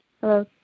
Hello